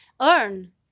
earn